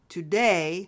Today